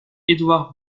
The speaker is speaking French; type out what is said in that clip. edward